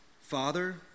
Father